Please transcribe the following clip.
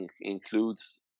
includes